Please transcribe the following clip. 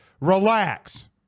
relax